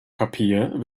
papier